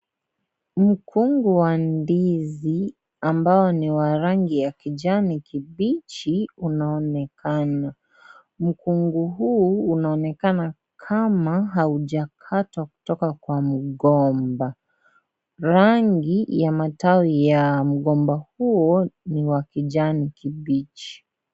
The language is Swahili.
Mkungu wa ndizi ambao ni wa rangi ya kijani kibichi unaonekana. Mkungu huo huonekana kama haujakatwa kutoka kwa mgomba. Rangi ya matawi ya mgomba huo ni wa kijani kibichi.